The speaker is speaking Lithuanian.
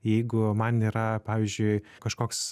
jeigu man yra pavyzdžiui kažkoks